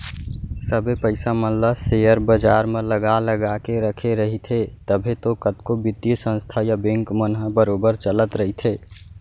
सबे पइसा मन ल सेयर बजार म लगा लगा के रखे रहिथे तभे तो कतको बित्तीय संस्था या बेंक मन ह बरोबर चलत रइथे